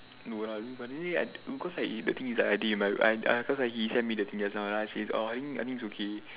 no lah but we I because like the thing but be~ because he send me the thing just now then I say oh I think I think it's okay